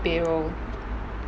payroll